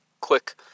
quick